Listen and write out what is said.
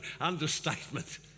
understatement